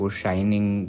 shining